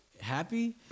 happy